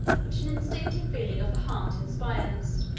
which an instinctive feeling of the heart inspires.